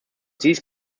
these